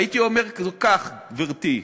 הייתי אומר זאת כך, גברתי: